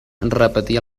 repetia